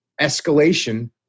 escalation